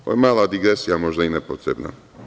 Ovo je mala digresija, možda i nepotrebna.